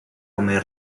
come